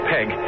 Peg